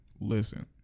listen